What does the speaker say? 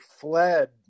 fled